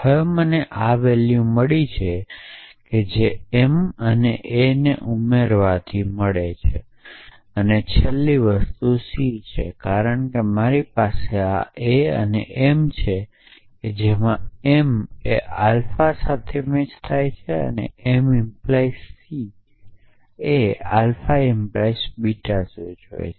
હવે મને આ વેલ્યુ મળી છે કે જે m અને a ને ઉમેરવાથી મળી છે અને પછી છેલ્લી વસ્તુ c છે કારણ કે મારી પાસે આ a અને m છે જેમાં m એ આલ્ફા સાથે મેચ થાય છે અને m 🡪 c એ આલ્ફા 🡪 બીટા સૂચવે છે